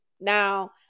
Now